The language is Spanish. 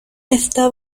esta